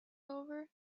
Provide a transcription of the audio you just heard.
over